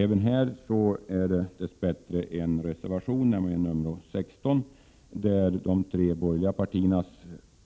Även på denna punkt finns dess bättre en reservation, nämligen nr 16, där de tre borgerliga partiernas